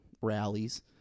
rallies